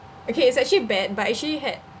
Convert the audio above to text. okay it's actually bad but I actually had